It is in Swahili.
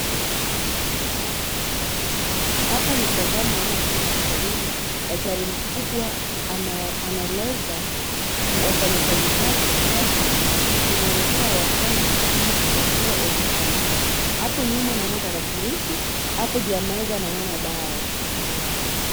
Hapa nikitazama naona kama ni hospitalini daktari mkubwa anaeleza wafanyikazi zake kazi zenye wanafaa wafanye kama wakiwa hospitalini. Hapo nyuma naona tarakilishi, hapo juu ya meza naona dawa.